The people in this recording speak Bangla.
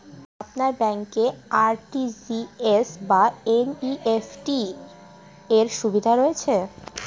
আপনার ব্যাংকে আর.টি.জি.এস বা এন.ই.এফ.টি র সুবিধা রয়েছে?